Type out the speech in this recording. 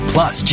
Plus